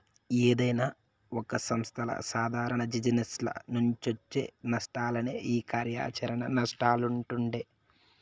ఏదైనా ఒక సంస్థల సాదారణ జిజినెస్ల నుంచొచ్చే నష్టాలనే ఈ కార్యాచరణ నష్టాలంటుండె